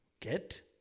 Get